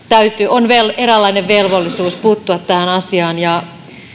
on eräänlainen velvollisuus puuttua tähän asiaan ja